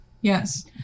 yes